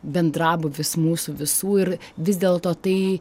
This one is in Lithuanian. bendrabūvis mūsų visų ir vis dėlto tai